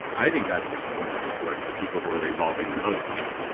i think that's what what the people who are evolving the most do